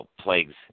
plagues